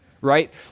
right